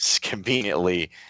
conveniently